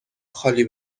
خالی